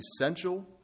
essential